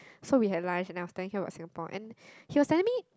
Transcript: so we had lunch and I was telling him about Singapore and he was telling me